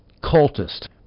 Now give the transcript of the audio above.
cultist